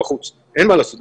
אין מה לעשות,